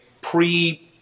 pre